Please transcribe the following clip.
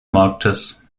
marktes